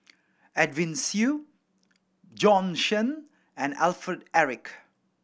Edwin Siew Bjorn Shen and Alfred Eric